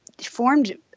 formed